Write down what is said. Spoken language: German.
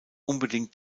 unbedingt